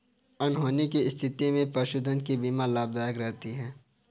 अनहोनी की स्थिति में पशुधन की बीमा लाभदायक रहती है